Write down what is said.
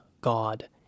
God